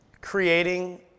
creating